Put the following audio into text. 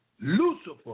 Lucifer